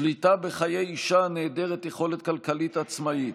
שליטה בחיי אישה הנעדרת יכולת כלכלית עצמאית,